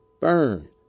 Burn